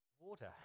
water